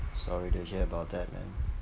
sorry to hear about that man